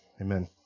amen